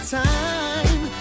time